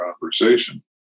conversation